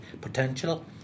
potential